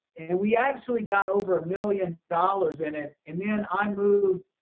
and we actually got over a million dollars in it. and then i moved,